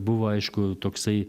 buvo aišku toksai